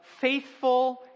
faithful